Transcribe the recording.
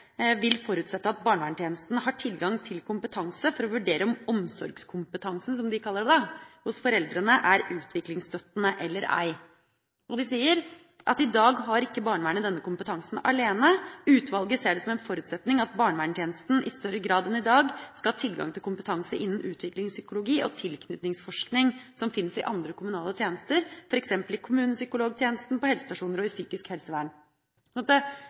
har tilgang til kompetanse for å vurdere om omsorgskompetansen, som de kaller det, hos foreldrene er utviklingsstøttende eller ei. De sier at i dag har ikke barnevernet denne kompetansen alene. Utvalget ser det som en forutsetning at barneverntjenesten i større grad enn i dag skal ha tilgang til kompetanse innen utviklingspsykologi og tilknytningsforskning som finnes i andre kommunale tjenester, f.eks. i kommunens psykologtjeneste, på helsestasjoner og i psykisk helsevern.